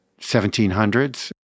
1700s